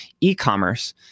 e-commerce